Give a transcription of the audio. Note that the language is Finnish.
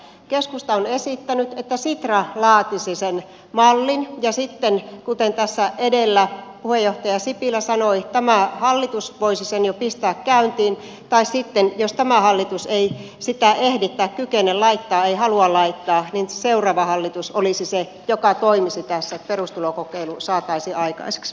keskusta on esittänyt että sitra laatisi sen mallin ja sitten kuten tässä edellä puheenjohtaja sipilä sanoi tämä hallitus voisi sen jo pistää käyntiin tai sitten jos tämä hallitus ei sitä ehdi tai kykene laittamaan ei halua laittaa seuraava hallitus olisi se joka toimisi tässä että perustulokokeilu saataisiin aikaiseksi